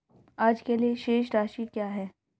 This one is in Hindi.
आज के लिए शेष राशि क्या है?